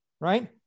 right